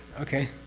okay?